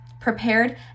prepared